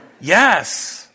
Yes